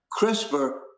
CRISPR